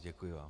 Děkuji vám.